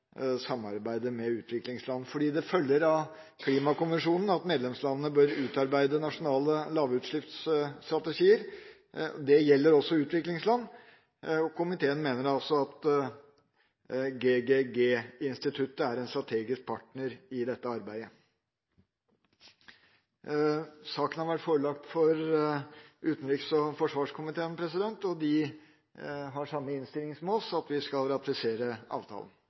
med utviklingsland, for det følger av Klimakonvensjonen at medlemslandene bør utarbeide nasjonale lavutslippsstrategier. Det gjelder også utviklingslandene, og komiteen mener at GGG-instituttet er en strategisk partner i dette arbeidet. Saken har vært forelagt utenriks- og forsvarskomiteen, og de har samme innstilling som oss, nemlig at vi skal ratifisere avtalen.